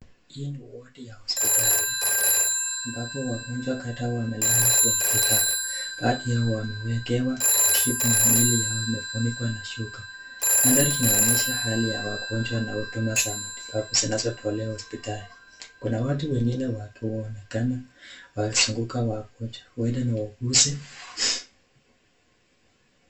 Hii ni wadi ya hospitali ambapo wagonjwa kadhaa wamelala kwenye vitanda. Baadhi yao wameweekewa dripu na mwili yao imefunikwa na shuka. Mandhari inaonyesha hali ya wagonjwa na huduma za matibabu zinazotolewa hospitali. Kuna watu wengine wakionekana wakizunguka wagonjwa huenda ni wauguzi.